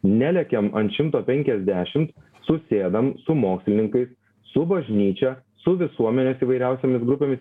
nelekiam ant šimto penkiasdešimt susėdam su mokslininkais su bažnyčia su visuomenės įvairiausiomis grupėmis